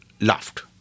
laughed